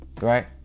right